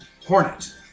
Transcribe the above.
Hornet